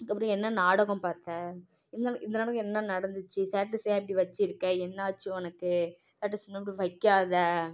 அதுக்கப்புறம் என்ன நாடகம் பார்த்த இருந்தாலும் இந்த நாடகம் என்ன நடந்துச்சு ஸ்டேட்டஸ் ஏன் இப்படி வச்சிருக்க என்னாச்சு உனக்கு ஸ்டேட்டஸ் இனிமேல் இப்படி வைக்காத